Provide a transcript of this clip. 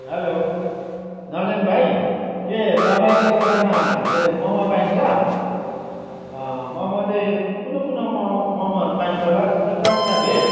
hello ननेम भाइ के तपाईँको दोकानमा के रे मोमो पाइन्छ मोमो चाहिँ कुन कुन मोमो मोमोहरू पाइन्छ होला चिकन या भेज